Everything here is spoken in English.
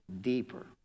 deeper